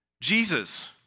Jesus